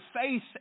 faith